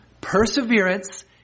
perseverance